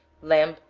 lamb,